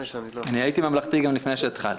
אני הייתי ממלכתי גם לפני שהתחלתי.